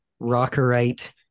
rockerite